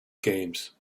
games